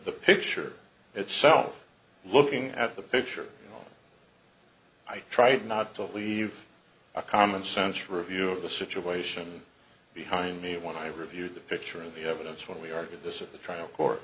the picture itself looking at the picture i tried not to leave a commonsense review of the situation behind me when i reviewed the picture of the evidence when we argued this at the trial co